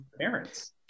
parents